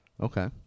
Okay